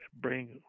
bring